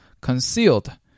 concealed